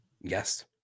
Yes